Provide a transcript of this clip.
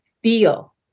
feel